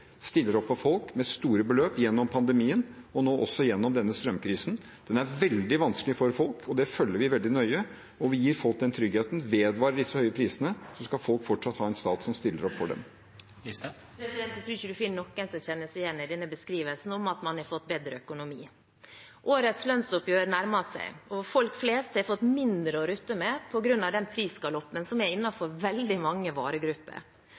stiller opp for folk med store beløp – gjennom pandemien – og nå også gjennom denne strømkrisen. Den er veldig vanskelig for folk, og det følger vi veldig nøye, og vi gir folk den tryggheten. Vedvarer disse høye prisene, skal folk fortsatt ha en stat som stiller opp for dem. Jeg tror ikke man finner noen som kjenner seg igjen i beskrivelsen av at man har fått bedre økonomi. Årets lønnsoppgjør nærmer seg, og folk flest får har fått mindre å rutte med på grunn av den prisgaloppen som er innenfor veldig mange varegrupper.